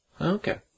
Okay